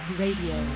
radio